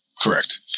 Correct